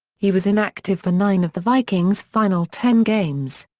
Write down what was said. he was inactive for nine of the vikings' final ten games.